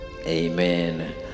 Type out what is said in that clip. Amen